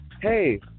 Hey